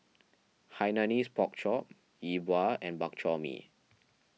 Hainanese Pork Chop Yi Bua and Bak Chor Mee